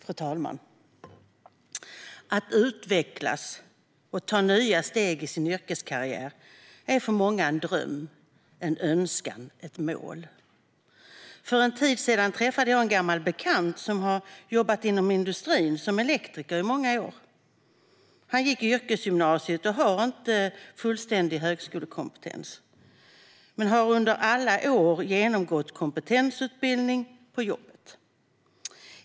Fru talman! Att utvecklas och ta nya steg i sin yrkeskarriär är för många en dröm, en önskan och ett mål. För en tid sedan träffade jag en gammal bekant som har jobbat som elektriker inom industrin i många år. Han gick yrkesgymnasiet och har inte en fullständig högskolekompetens. Men han har under alla år genomgått kompetensutbildning på jobbet.